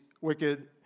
wicked